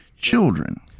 children